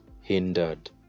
hindered